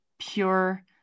pure